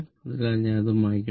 അതിനാൽ ഞാൻ അത് മായ്ക്കട്ടെ